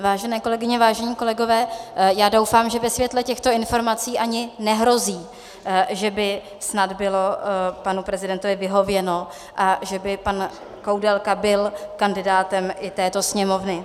Vážené kolegyně, vážení kolegové, doufám, že ve světle těchto informací ani nehrozí, že by snad bylo panu prezidentovi vyhověno a že by pan Koudelka byl kandidátem i této Sněmovny.